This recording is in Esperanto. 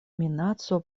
minaco